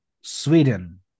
sweden